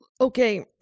okay